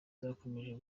zakomeje